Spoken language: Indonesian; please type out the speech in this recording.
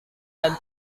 dan